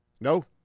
No